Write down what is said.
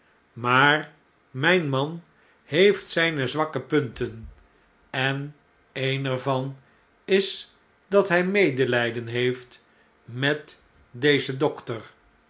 maar mn'n man heeft zu'ne zwakke punten en een er van is dat hy medelijden heeft met dezen dokter